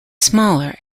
smaller